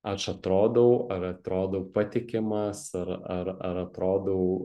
aš atrodau ar atrodau patikimas ar ar ar atrodau